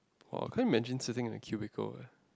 !wah! can't imagine sitting in a cubicle eh